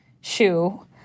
shoe